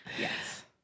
Yes